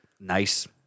nice